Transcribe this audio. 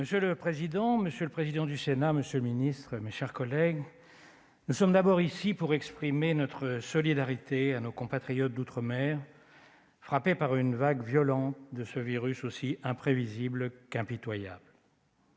Monsieur le président, monsieur le président du Sénat, monsieur le ministre, mes chers collègues, nous sommes d'abord ici pour exprimer notre solidarité à l'égard de nos compatriotes d'outre-mer frappés par une vague violente de ce virus aussi imprévisible qu'impitoyable,